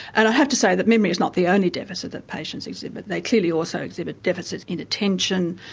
and i have to say that memory is not the only deficit that patients exhibit they clearly also exhibit deficits in attention,